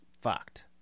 fucked